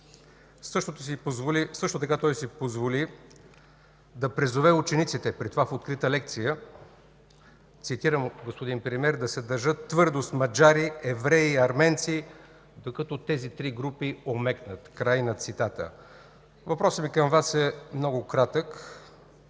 Също така той се позволи да призове учениците, при това в открита лекция, цитирам, господин Премиер: „Да се държат твърдо с маджари, евреи и арменци, докато тези три групи омекнат”. Въпросът ми към Вас е много кратък